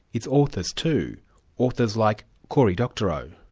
it's authors too authors like cory doctorow.